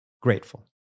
Grateful